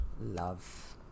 Love